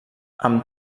amb